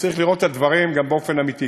צריך לראות את הדברים גם באופן אמיתי,